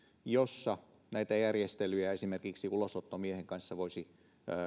että näitä järjestelyjä esimerkiksi ulosottomiehen kanssa voisi